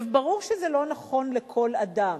ברור שזה לא נכון לכל אדם.